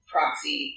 Proxy